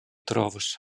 trovis